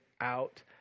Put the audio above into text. out